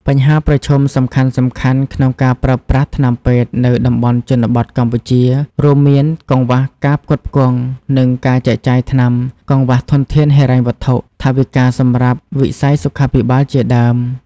បញ្ហាប្រឈមសំខាន់ៗក្នុងការប្រើប្រាស់ថ្នាំពេទ្យនៅតំបន់ជនបទកម្ពុជា រួមមាន កង្វះការផ្គត់ផ្គង់ និងការចែកចាយថ្នាំ កង្វះធនធានហិរញ្ញវត្ថុ ថវិកាសម្រាប់វិស័យសុខាភិបាលជាដើម។